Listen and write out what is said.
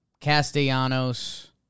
Castellanos